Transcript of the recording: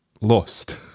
lost